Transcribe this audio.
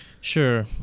Sure